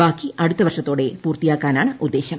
ബാക്കി അടുത്ത വർഷത്തോടെ പൂർത്തിയാക്കാനാണ് ഉദ്ദേശം